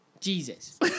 Jesus